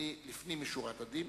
לפנים משורת הדין,